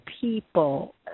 people